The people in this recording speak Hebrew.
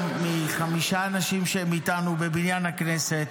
מחמישה אנשים שהם איתנו בבניין הכנסת,